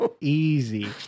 easy